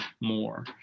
more